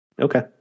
Okay